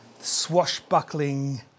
swashbuckling